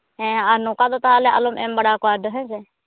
ᱦᱮᱸ ᱟᱨ ᱱᱚᱝᱠᱟ ᱫᱚ ᱛᱟᱦᱚᱞᱮ ᱟᱞᱚᱢ ᱮᱢ ᱵᱟᱲᱟᱣᱟᱠᱚᱣᱟ ᱦᱮᱸᱥᱮ